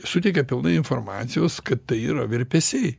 suteikia pilnai informacijos kad tai yra virpesiai